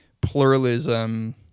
pluralism